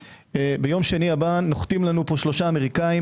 - ביום שני הבא נוחתים לנו פה שלושה אמריקאים